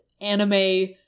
anime